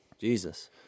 Jesus